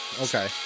okay